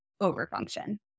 over-function